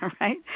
right